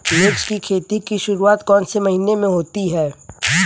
मिर्च की खेती की शुरूआत कौन से महीने में होती है?